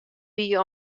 wie